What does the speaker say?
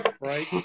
Right